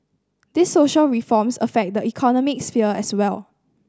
these social reforms affect the economic sphere as well